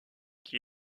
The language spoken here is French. qui